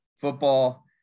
Football